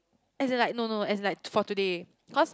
as in like no no as in like to~ for today cause